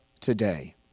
today